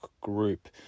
group